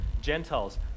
Gentiles